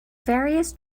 various